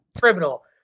criminal